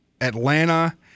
Atlanta